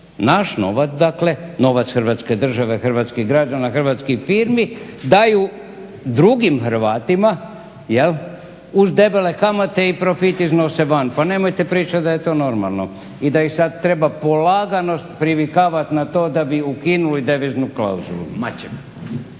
Naš novac, dakle novac Hrvatske države, hrvatskih građana, hrvatskih firmi daju drugim Hrvatima jel' uz debele kamate i profit iznose van. Pa nemojte pričati da je to normalno i da ih sad treba polagano privikavati na to da bi ukinuli deviznu klauzulu. **Reiner,